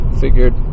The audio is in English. Figured